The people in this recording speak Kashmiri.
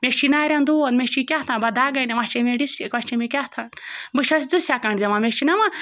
مےٚ چھِی نَرٮ۪ن دود مےٚ چھی کیٛاتھام بہٕ دَگَے نہٕ وۄنۍ چھے مےٚ ڈِسِک وۄنۍ چھے مےٚ کیٛاتھانۍ بہٕ چھٮ۪س زٕ سٮ۪کَنٛڈ دِوان مےٚ چھِ نہ وَ